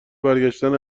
برگشتن